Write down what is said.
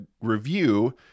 review